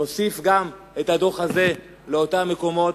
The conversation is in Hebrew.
נוסיף גם את הדוח הזה לאותם מקומות,